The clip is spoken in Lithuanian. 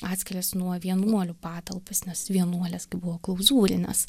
atskiras nuo vienuolių patalpas nes vienuolės kai buvo klauzūrinės